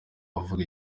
abavuga